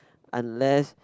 unless